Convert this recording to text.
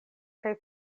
kaj